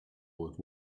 with